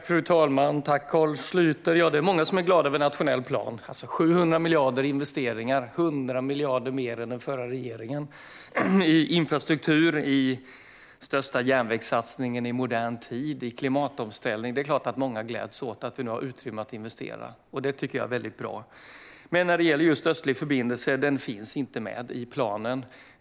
Fru talman! Jag tackar Carl Schlyter. Det är många som är glada över den nationella planen, som innefattar 700 miljarder i investeringar - 100 miljarder mer än under förra regeringen - i infrastruktur, i den största järnvägssatsningen i modern tid och i klimatomställning. Det är klart att många gläds åt att vi nu har utrymme att investera. Det tycker jag är väldigt bra. Men just Östlig förbindelse finns inte med i planen.